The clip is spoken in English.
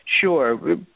Sure